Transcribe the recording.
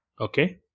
Okay